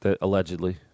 Allegedly